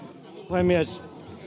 puhemies